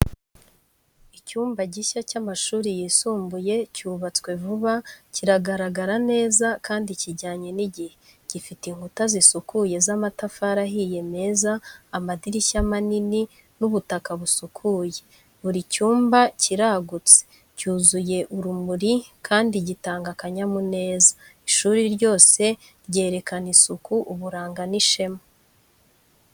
Icyumba gishya cy’amashuri yisumbuye cyubatswe vuba kiragaragara neza kandi kijyanye n’igihe. Gifite inkuta zisukuye z'amatafari ahiye meza, amadirishya manini, n’ubutaka busukuye. Buri cyumba kiragutse, cyuzuye urumuri kandi gitanga akanyamuneza. Ishuri ryose ryerekana isuku, uburanga, n’ishema.